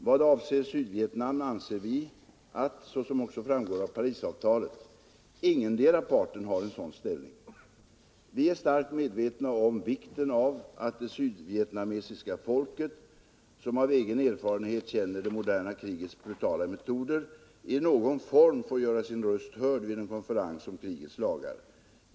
Vad avser Sydvietnam anser vi att, såsom också framgår av Parisavtalet, ingendera parten har en sådan ställning. Vi är starkt medvetna om vikten av att det sydvietnamesiska folket, som av egen erfarenhet känner det moderna krigets brutala metoder, i någon form får göra sin röst hörd vid en konferens om krigets lagar.